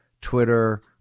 Twitter